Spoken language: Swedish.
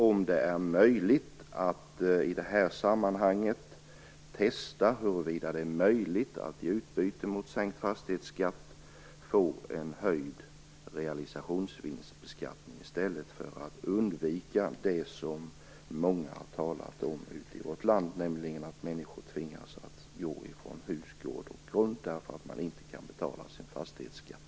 Är det möjligt att i detta sammanhang testa huruvida det går att i utbyte mot sänkt fastighetsskatt få en höjd realisationsvinstbeskattning för att undvika vad många ute i vårt land har talat om, nämligen att människor tvingas gå från gård och grund därför att de inte kan betala sin fastighetsskatt?